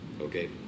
Okay